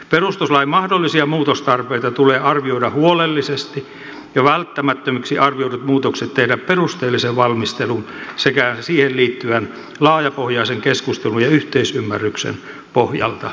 perustuslain mahdollisia muutostarpeita tulee arvioida huolellisesti ja välttämättömiksi arvioidut muutokset tehdä perusteellisen valmistelun sekä siihen liittyvän laajapohjaisen keskustelun ja yhteisymmärryksen pohjalta